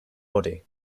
body